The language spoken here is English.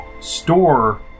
store